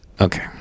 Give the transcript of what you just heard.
Okay